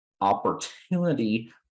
opportunity